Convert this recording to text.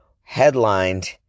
Headlined